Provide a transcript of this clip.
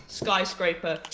skyscraper